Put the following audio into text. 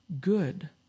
good